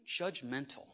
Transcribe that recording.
judgmental